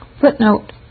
Footnote